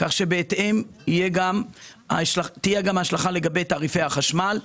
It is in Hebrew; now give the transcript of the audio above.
כך שבהתאם תהיה השלכה לגבי תעריפי החשמל.